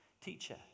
Teacher